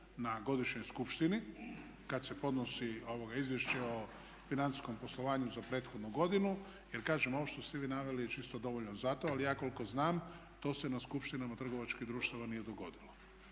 na godišnjoj skupštini kad se podnosi izvješće o financijskom poslovanju za prethodnu godinu. Jer kažem, ovo što ste vi naveli je čisto dovoljno za to. Ali ja koliko znam to se na skupštinama trgovačkih društava nije dogodilo.